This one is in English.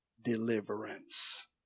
deliverance